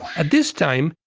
at this time,